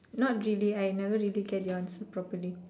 not really I never really get your answer properly